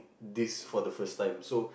this for the first time